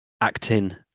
acting